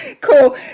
Cool